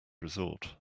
resort